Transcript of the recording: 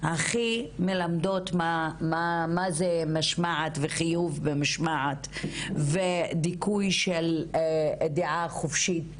הכי מלמדות מה זה משמעת לחיוב ומה זה משמעת ודיכוי של דעה חופשית